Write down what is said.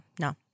no